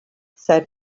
said